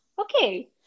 Okay